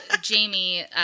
Jamie